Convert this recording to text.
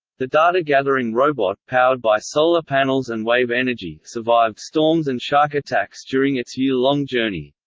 the data-gathering robot, powered by solar panels and wave energy, survived storms and shark attacks during its year-long journey.